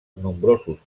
nombrosos